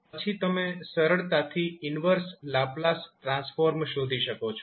પછી તમે સરળતાથી ઈન્વર્સ લાપ્લાસ ટ્રાન્સફોર્મ શોધી શકો છો